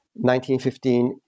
1915